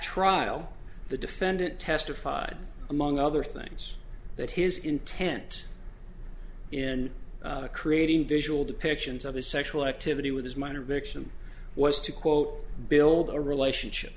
trial the defendant testified among other things that his intent in creating visual depictions of his sexual activity with his minor victim was to quote build a relationship